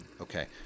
okay